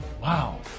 Wow